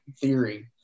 theory